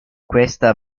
questa